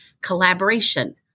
collaboration